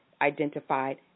identified